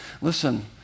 listen